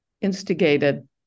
instigated